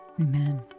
Amen